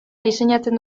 diseinatzen